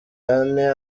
ane